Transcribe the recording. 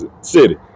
city